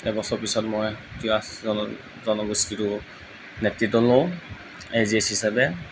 এবছৰ পিছত মই তিৱা জন জনগোষ্ঠীটো নেতৃত্ব লওঁ এ জি এচ হিচাপে